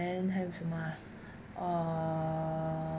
then 还有什么 ah err